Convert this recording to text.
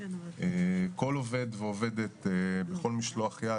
כל עובד ועובדת בכל משלח יד.